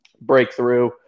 breakthrough